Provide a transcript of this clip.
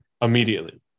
immediately